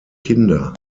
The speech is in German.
kinder